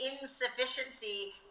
insufficiency